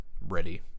ready